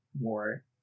more